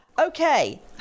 Okay